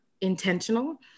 intentional